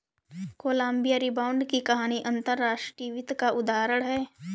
Colombia rebound की कहानी अंतर्राष्ट्रीय वित्त का उदाहरण है